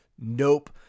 nope